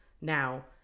now